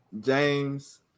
James